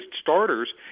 starters